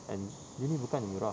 and uni bukan murah